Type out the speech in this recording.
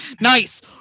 Nice